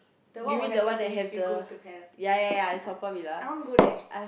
the what will happen to you if you go to hell I I want go there